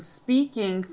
speaking